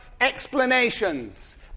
explanations